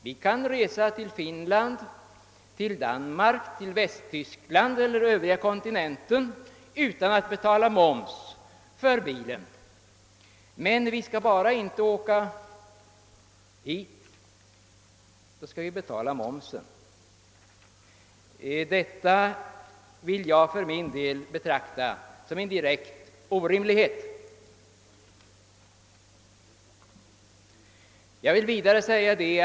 Vi kan resa till Finland, Danmark, Västtyskland och övriga länder på kontinenten utan att betala moms för transport av bilen. Vi skall bara inte åka till det svenska fastlandet — då måste vi betala moms. Detta betraktar jag för min del som en direkt orimlighet.